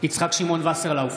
יצחק שמעון וסרלאוף,